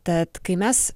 tad kai mes